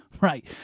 Right